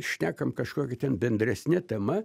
šnekam kažkokia ten bendresne tema